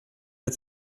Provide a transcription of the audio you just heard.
its